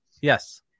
Yes